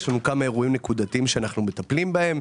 יש לנו כמה אירועים נקודתיים שאנחנו מטפלים בהם,